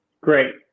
Great